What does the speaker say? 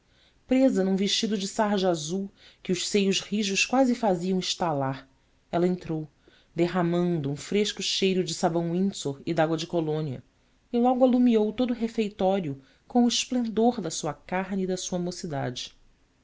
presa num vestido de sarja azul que os seios rijos quase faziam estalar ela entrou derramando um fresco cheiro de sabão windsor e de água de colônia e logo alumiou todo o refeitório com o esplendor da sua carne e da sua mocidade